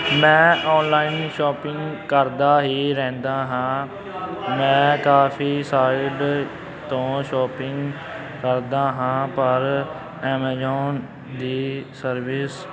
ਮੈਂ online shopping ਕਰਦਾ ਹੀ ਰਹਿੰਦਾ ਹਾਂ ਮੈਂ ਕਾਫ਼ੀ ਸਾਈਡ ਤੋਂ ਸ਼ੋਪਿੰਗ ਕਰਦਾ ਹਾਂ ਪਰ ਐਮਾਜ਼ੋਨ ਦੀ ਸਰਵਿਸ